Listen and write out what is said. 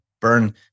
burn